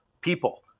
people